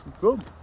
Good